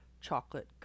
Chocolate